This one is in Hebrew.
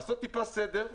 לעשות טיפה סדר.